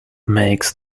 makes